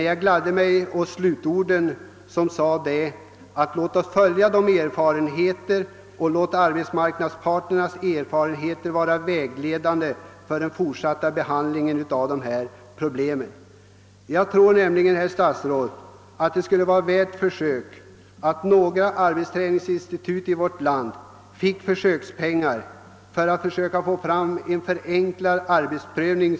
Jag gladde mig emellertid åt slutorden i svaret: »Erfarenheterna av det uppföljningsarbete som bedrivs i samarbete mellan arbetsgivarna, de fackliga organisationerna och arbetsmarknadsverket bör kunna ge vägledning för den fortsatta behandlingen av dessa problem.» Jag tror nämligen, herr statsråd, att det skulle vara värt försöket att ge några arbetsträningsinstitut i vårt land pengar för att försöka få fram en förenklad arbetsprövning.